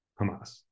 Hamas